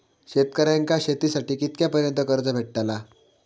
शेतकऱ्यांका शेतीसाठी कितक्या पर्यंत कर्ज भेटताला?